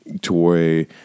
toy